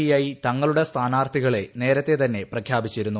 I തങ്ങളുടെ സ്ഥാനാർത്ഥികളെ നേരത്തെത്ന്നെ പ്രഖ്യാപിച്ചിരുന്നു